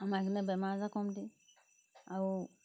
আমাৰ সেইকাৰণে বেমাৰ আজাৰ কম দিয়ে আৰু